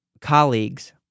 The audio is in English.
colleagues